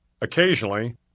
Occasionally